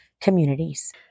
communities